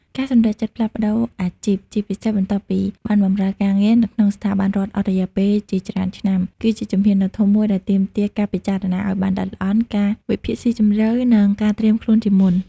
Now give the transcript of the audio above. ការសម្រេចចិត្តផ្លាស់ប្តូរអាជីព ជាពិសេសបន្ទាប់ពីបានបម្រើការងារនៅក្នុងស្ថាប័នរដ្ឋអស់រយៈពេលជាច្រើនឆ្នាំ គឺជាជំហានដ៏ធំមួយដែលទាមទារការពិចារណាឱ្យបានល្អិតល្អន់ ការវិភាគស៊ីជម្រៅ និងការត្រៀមខ្លួនជាមុន។